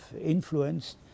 influenced